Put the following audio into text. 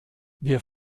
wir